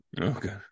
Okay